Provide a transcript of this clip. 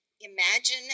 imagine